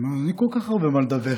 אין לי כל כך הרבה מה לדבר.